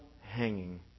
hanging